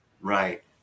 Right